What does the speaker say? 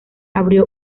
abrió